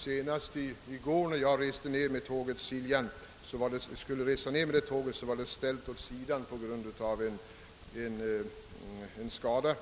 Senast i går, när jag skulle resa ned med tåget »Siljan«, var detta ställt åt sidan på grund av en skada